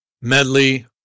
medley